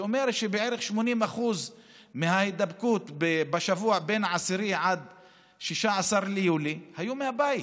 שאומר שבערך 80% מההידבקות בשבוע שבין 10 ל-16 ביולי היו בבית.